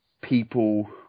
people